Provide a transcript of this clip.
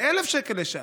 ל-1,000 שקל לשעה.